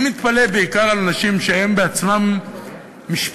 אני מתפלא בעיקר על אנשים שהם בעצמם משפטנים,